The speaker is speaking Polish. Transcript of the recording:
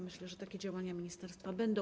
Myślę, że takie działania ministerstwa będą.